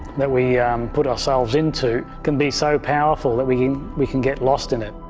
that we put ourselves into, can be so powerful, that we can we can get lost in it.